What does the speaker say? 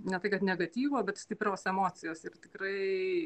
ne tai kad negatyvo bet stiprios emocijos ir tikrai